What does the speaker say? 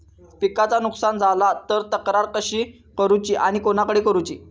पिकाचा नुकसान झाला तर तक्रार कशी करूची आणि कोणाकडे करुची?